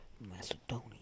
Macedonia